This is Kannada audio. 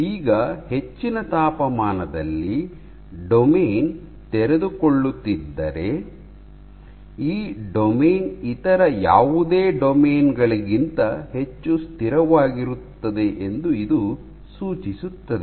ಈಗ ಹೆಚ್ಚಿನ ತಾಪಮಾನದಲ್ಲಿ ಡೊಮೇನ್ ತೆರೆದುಕೊಳ್ಳುತ್ತಿದ್ದರೆ ಈ ಡೊಮೇನ್ ಇತರ ಯಾವುದೇ ಡೊಮೇನ್ ಗಳಿಗಿಂತ ಹೆಚ್ಚು ಸ್ಥಿರವಾಗಿರುತ್ತದೆ ಎಂದು ಇದು ಸೂಚಿಸುತ್ತದೆ